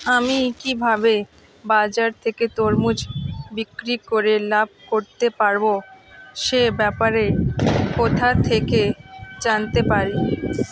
আমি কিভাবে বাজার থেকে তরমুজ বিক্রি করে লাভ করতে পারব সে ব্যাপারে কোথা থেকে জানতে পারি?